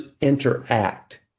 interact